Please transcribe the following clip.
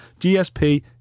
GSP